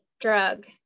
drug